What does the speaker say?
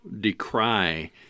decry